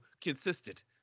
consistent